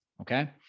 okay